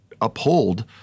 uphold